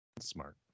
Smart